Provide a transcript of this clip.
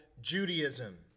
Judaism